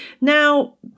now